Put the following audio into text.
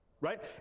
right